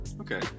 Okay